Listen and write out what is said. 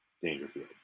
Dangerfield